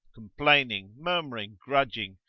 complaining, murmuring, grudging,